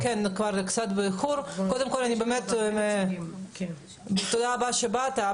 קודם כול, תודה רבה שבאת.